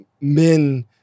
men